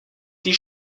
die